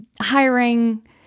hiring